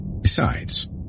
Besides